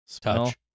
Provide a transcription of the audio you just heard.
Touch